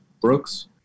Brooks